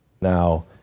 now